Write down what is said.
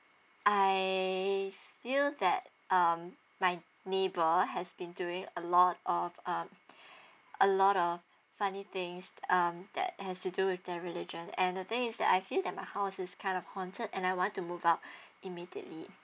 I feel that um my neighbour has been doing a lot of um a lot of funny things um that has to do with the religion and the thing is that I feel that my house is kind of haunted and I want to move out immediately